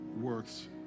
works